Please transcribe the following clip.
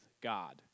God